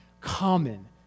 common